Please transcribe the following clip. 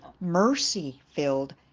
mercy-filled